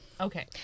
okay